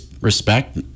respect